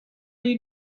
you